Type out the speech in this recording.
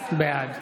בעד